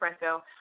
espresso